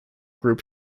group